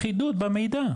אחידות במידע.